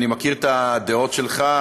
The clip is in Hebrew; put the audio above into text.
אני מכיר את הדעות שלך,